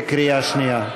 בקריאה שנייה.